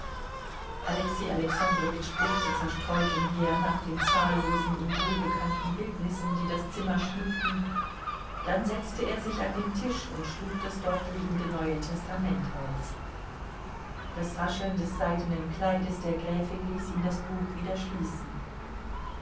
alexei alexandrowitsch blickte zerstreut umher nach den zahllosen ihm wohlbekannten bildnissen die das zimmer schmückten dann setzte er sich an den tisch und schlug das dort liegende neue testament auf das rascheln des seidenen kleides der gräfin ließ ihn das buch wieder schließen